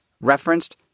referenced